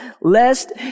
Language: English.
lest